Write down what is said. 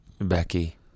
Becky